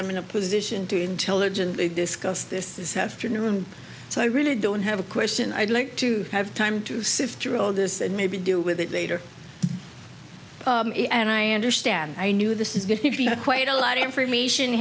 i'm in a position to intelligently discuss this is afternoon so i really don't have a question i'd like to have time to sift through all this and maybe do with it later and i understand i knew this is going to be quite a lot of information